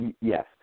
Yes